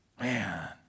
Man